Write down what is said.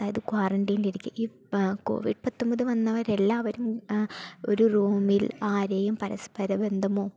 അതായത് ക്വാറൻൻ്റൈനിലിരിക്കേ ഈ കോവിഡ് പത്തൊമ്പത് വന്നവരെല്ലാവരും ഒരു റൂമിൽ ആരേയും പരസ്പര ബന്ധമോ